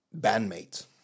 bandmate